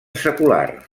secular